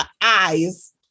eyes